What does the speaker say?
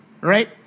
right